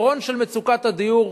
לפתרון של מצוקת הדיור,